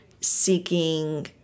seeking